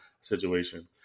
situation